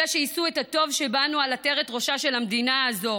אלא שיישאו את הטוב שבנו על עטרת ראשה של המדינה הזו.